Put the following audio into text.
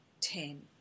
ten